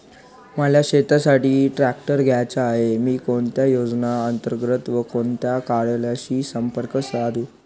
मला शेतीसाठी ट्रॅक्टर घ्यायचा आहे, मी कोणत्या योजने अंतर्गत व कोणत्या कार्यालयाशी संपर्क साधू?